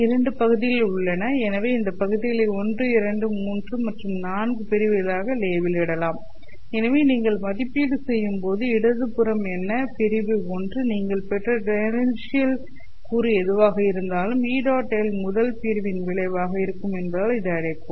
இரண்டு பகுதிகள் உள்ளன எனவே இந்த பகுதிகளை 1 2 3 மற்றும் 4 பிரிவுகளாக லேபிளிடலாம் எனவே நீங்கள் மதிப்பீடு செய்யும் போது இடது புறம் என்ன பிரிவு 1 நீங்கள் பெற்ற டேன்ஜெண்ஷியல் கூறு எதுவாக இருந்தாலும் Et1L முதல் பிரிவின் விளைவாக இருக்கும் என்பதால் இதை அழைப்போம்